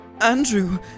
Andrew